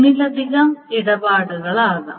ഒന്നിലധികം ഇടപാടുകളാകാം